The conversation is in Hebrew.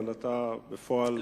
אבל בפועל,